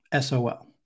SOL